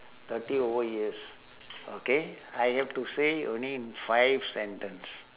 thirty over years okay I have to say only in five sentence